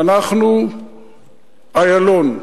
אנחנו איילון.